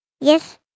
Yes